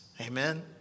Amen